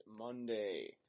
Monday